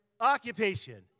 occupation